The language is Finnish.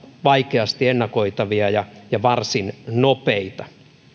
vaikeasti ennakoitavia ja ja varsin nopeita